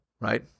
right